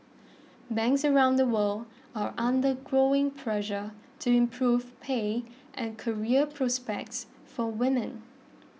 banks around the world are under growing pressure to improve pay and career prospects for women